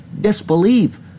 disbelieve